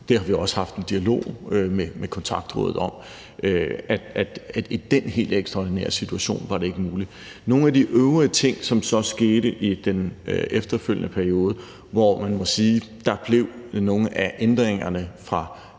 Det har vi også haft en dialog med Kontaktrådet om, altså at det i den helt ekstraordinære situation ikke var muligt. Nogle af de øvrige ting, som så skete i den efterfølgende periode, hvor man må sige, at nogle af ændringerne fra